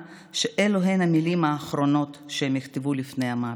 שאלו הן המילים האחרונות שהם יכתבו לפני המוות.